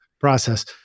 process